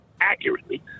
accurately